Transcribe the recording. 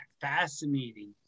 fascinating